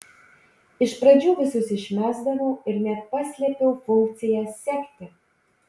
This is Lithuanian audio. iš pradžių visus išmesdavau ir net paslėpiau funkciją sekti